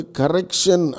correction